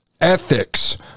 ethics